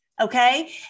okay